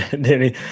Danny